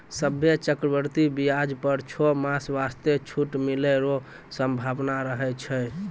सभ्भे चक्रवृद्धि व्याज पर छौ मास वास्ते छूट मिलै रो सम्भावना रहै छै